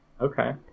okay